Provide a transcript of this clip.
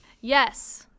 Yes